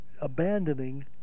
abandoning